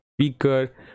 speaker